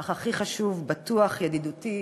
אך הכי חשוב, בטוח, ידידותי